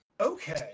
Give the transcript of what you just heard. Okay